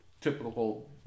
typical